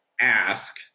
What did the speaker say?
ask